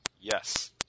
Yes